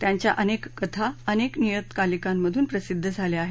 त्यांच्या अनेक कथा अनेक नियतकालिकांमधून प्रसिद्ध झाल्या आहेत